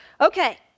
Okay